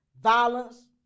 violence